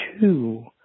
two